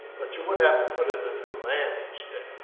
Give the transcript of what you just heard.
but you would have to put in a new lamb each day.